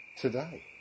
today